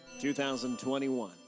2021